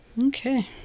Okay